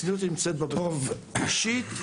אישית,